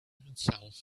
himself